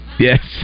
Yes